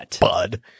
Bud